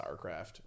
StarCraft